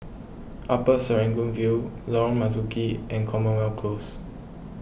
Upper Serangoon View Lorong Marzuki and Commonwealth Close